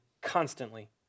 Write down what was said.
constantly